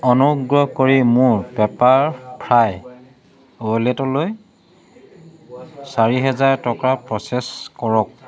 অনুগ্ৰহ কৰি মোৰ পেপাৰফ্ৰাই ৱালেটলৈ চাৰি হাজাৰ টকা প্ৰ'চেছ কৰক